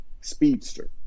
speedster